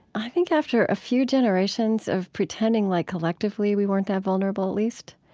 i think after a few generations of pretending like collectively we weren't that vulnerable at least,